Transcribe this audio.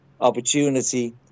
opportunity